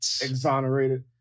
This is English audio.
Exonerated